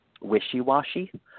wishy-washy